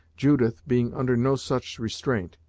judith, being under no such restraint,